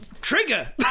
trigger